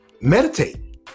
meditate